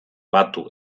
batu